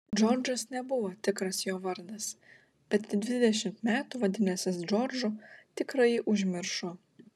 džordžas nebuvo tikras jo vardas bet dvidešimt metų vadinęsis džordžu tikrąjį užmiršo